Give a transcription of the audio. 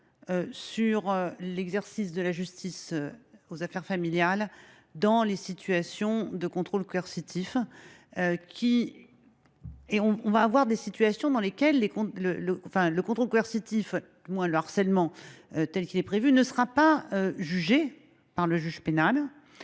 pose l’exercice de la justice aux affaires familiales dans les situations de contrôle coercitif. Nous serons confrontés à des situations dans lesquelles le contrôle coercitif, ou le harcèlement, tel qu’il est défini, ne sera ni jugé par le juge pénal